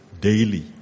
daily